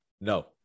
No